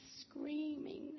screaming